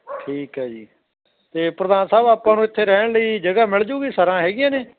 ਠੀਕ ਹੈ ਜੀ ਅਤੇ ਪ੍ਰਧਾਨ ਸਾਹਿਬ ਆਪਾਂ ਨੂੰ ਇੱਥੇ ਰਹਿਣ ਲਈ ਜਗ੍ਹਾ ਮਿਲ ਜਾਊਗੀ ਸਰਾਂ ਹੈਗੀਆਂ ਨੇ